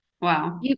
Wow